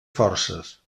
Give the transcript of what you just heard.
forces